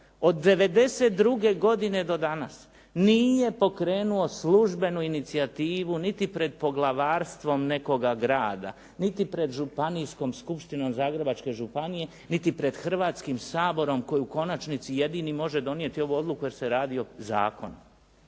od '92. godine do danas nije pokrenuo službenu inicijativu, niti pred poglavarstvom nekoga grada, niti pred županijskom skupštinom Zagrebačke županije, niti pred Hrvatskim saborom koji u konačnici jedini može donijeti ovu odluku, jer se radi o zakonu.